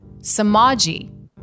Samaji